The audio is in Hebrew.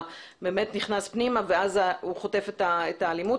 באמת נכנס פנימה ואז הוא חוטף את האלימות.